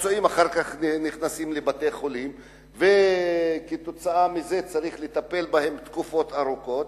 הפצועים האלה נכנסים לבתי-החולים וצריך לטפל בהם תקופות ארוכות,